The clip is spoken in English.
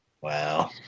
Wow